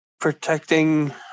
protecting